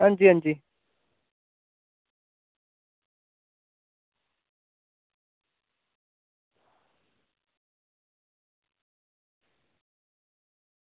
हां जी हां जी